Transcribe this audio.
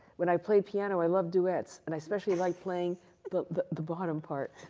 when i played piano, i loved duets. and i especially liked playing the the bottom part.